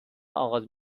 آغاز